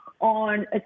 on